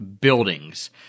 buildings